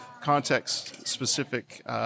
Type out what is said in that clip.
context-specific